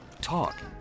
Talk